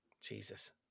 jesus